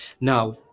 Now